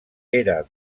era